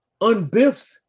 unbiffs